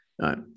right